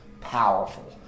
powerful